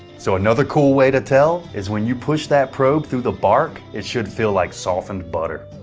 so another cool way to tell is when you push that probe through the bark, it should feel like softened butter.